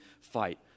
fight